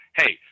hey